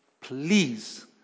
please